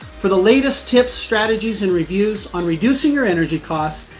for the latest tips, strategies, and reviews on reducing your energy cost,